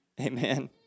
Amen